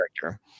character